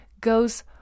goes